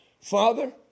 Father